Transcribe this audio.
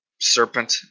serpent